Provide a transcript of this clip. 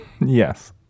Yes